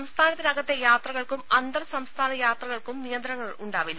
സംസ്ഥാനത്തിനകത്തെ യാത്രകൾക്കും അന്തർ സംസ്ഥാന യാത്രകൾക്കും നിയന്ത്രണങ്ങൾ ഉണ്ടാവില്ല